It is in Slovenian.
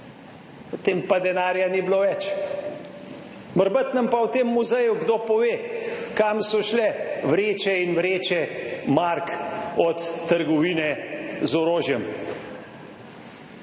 potem pa denarja ni bilo več. Morebiti nam pa v tem muzeju kdo pove, kam so šle vreče in vreče mark od trgovine z orožjem.